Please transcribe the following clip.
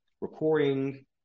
recording